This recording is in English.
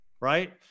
right